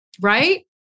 right